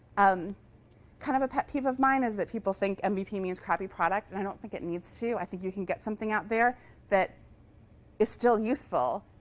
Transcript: um kind of a pet peeve of mine is that people think and mvp means crappy product. and i don't think it needs. i think you can get something out there that it's still useful,